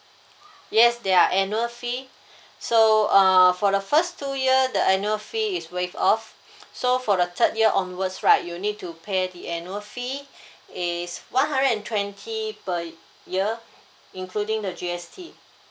yes there are annual fee so uh for the first two year the annual fee is waived off so for the third year onwards right you need to pay the annual fee is one hundred and twenty per year including the G_S_T